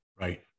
Right